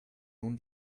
nun